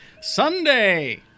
Sunday